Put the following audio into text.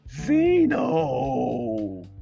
Zeno